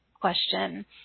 question